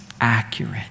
accurate